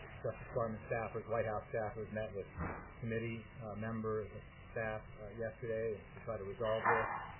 justice department staffers, white house staffers met with committee members' staff yesterday to try to resolve this,